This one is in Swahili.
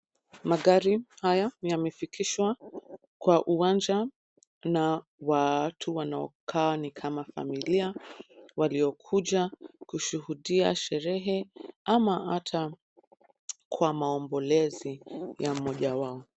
Magari haya yamefikishwa kwa uwanja na watu wanaokaa ni kama familia, waliokuja kushuhudia sherehe ama hata kwa maombolezi ya mmoja wao.